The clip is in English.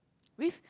with